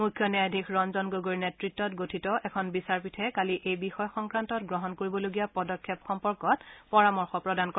মুখ্য ন্যায়াধীশ ৰঞ্জন গগৈৰ নেতৃত্বত গঠিত এখন বিচাৰপীঠে কালি এই বিষয় সংক্ৰান্তত গ্ৰহণ কৰিবলগীয়া পদক্ষেপ সম্পৰ্কত পৰামৰ্শ প্ৰদান কৰে